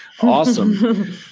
Awesome